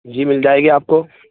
جی مل جائے گی آپ کو